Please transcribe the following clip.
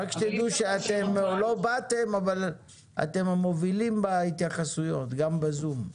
רק שתדעו שאתם לא באתם אבל אתם המובילים בהתייחסויות גם בזום.